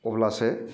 अब्लासो